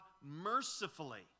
mercifully